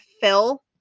Phil